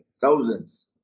Thousands